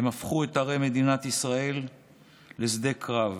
הם הפכו את ערי מדינת ישראל לשדה קרב.